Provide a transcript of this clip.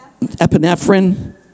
epinephrine